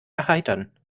erheitern